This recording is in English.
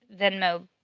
Venmo